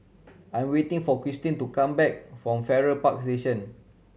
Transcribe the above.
I'm waiting for Christene to come back from Farrer Park Station